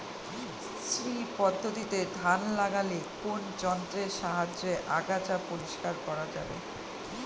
শ্রী পদ্ধতিতে ধান লাগালে কোন যন্ত্রের সাহায্যে আগাছা পরিষ্কার করা যাবে?